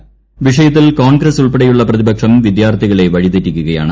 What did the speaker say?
വൃഷ്ടയുത്തിൽ Congress ഉൾപ്പെടെയുള്ള പ്രതിപക്ഷം വിദ്യാർത്ഥികളെ വഴിതെറ്റിക്കുകയാണ്